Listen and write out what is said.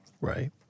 Right